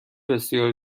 بسیار